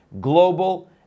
global